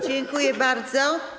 Dziękuję bardzo.